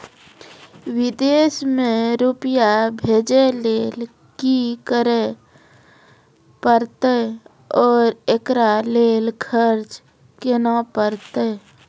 विदेश मे रुपिया भेजैय लेल कि करे परतै और एकरा लेल खर्च केना परतै?